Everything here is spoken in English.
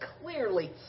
clearly